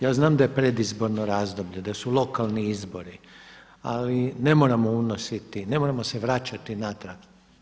Ja znam da je predizborno razdoblje, da su lokalni izbori ali ne moramo unositi, ne moramo se vraćati natrag.